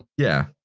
yeah.